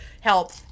help